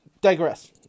digress